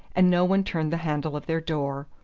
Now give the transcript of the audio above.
and no one turned the handle of their door,